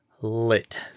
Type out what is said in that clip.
lit